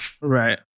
Right